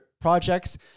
projects